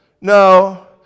No